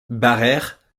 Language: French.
barère